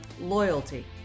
loyalty